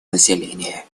населения